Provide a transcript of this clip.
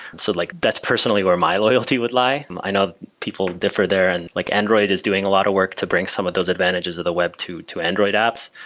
so like that's personally where my loyalty would lie. i know people differ there. and like android is doing a lot of work to bring some of those advantages of the web to to android apps.